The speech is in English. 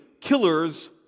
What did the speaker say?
killers